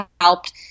helped